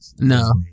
No